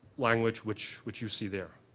language, which which you see there.